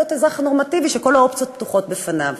אזרח נורמטיבי שכל האופציות פתוחות בפניו.